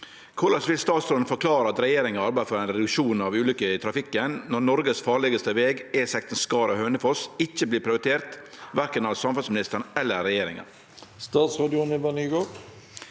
Korleis vil statsråden forklare at regjeringa arbeider for ein reduksjon av ulykker i trafikken, når Noregs farlegaste veg E16 Skaret–Hønefoss ikkje blir prioritert verken av samferdselsministeren eller regjeringa?»